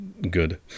good